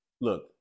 look